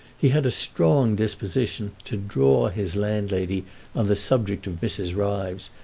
he had a strong disposition to draw his landlady on the subject of mrs. ryves,